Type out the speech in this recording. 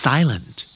Silent